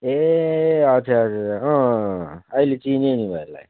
ए अच्छा अच्छा आहिले चिनेँ नि भाइलाई